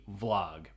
vlog